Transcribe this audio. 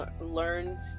learned